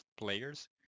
players